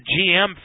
GM